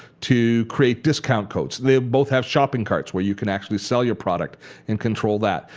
to create discount codes. they both have shopping carts where you can actually sell your product and control that.